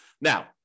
Now